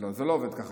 לא, זה לא עובד ככה.